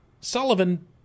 Sullivan